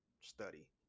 study